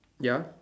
ya